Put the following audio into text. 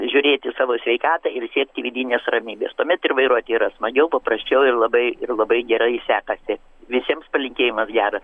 žiūrėti savo sveikatą ir siekti vidinės ramybės tuomet ir vairuoti yra smagiau paprasčiau ir labai ir labai gerai sekasi visiems palinkėjimas geras